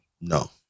No